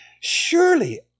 Surely